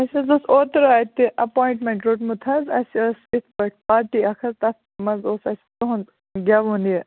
اَسہِ حظ اوس اوترٕ اَتہِ اٮ۪پوایِنٛٹمٮ۪نٛٹ روٚٹمُت حظ اَسہِ ٲس یِتھٕ پٲٹھۍ پارٹی اَکھ حظ تَتھ منٛز اوس اَسہِ تُہُنٛد گٮ۪وُن یہِ